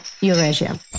Eurasia